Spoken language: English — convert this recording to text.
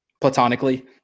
platonically